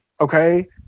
Okay